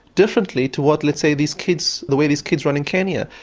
differently to what let's say these kids, the way these kids run in kenya.